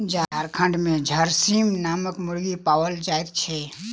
झारखंड मे झरसीम नामक मुर्गी पाओल जाइत छै